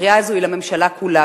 הקריאה הזאת היא לממשלה כולה,